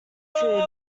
food